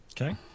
Okay